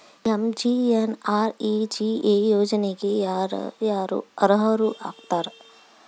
MGNREGA ಯೋಜನೆಗೆ ಯಾರ ಯಾರು ಅರ್ಹರು ಆಗ್ತಾರ?